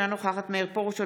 אינה נוכחת מאיר פרוש,